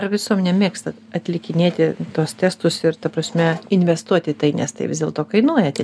ar visuomenė mėgsta atlikinėti tuos testus ir ta prasme investuot į tai nes tai vis dėlto kainuoja tie